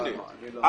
אדוני,